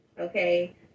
okay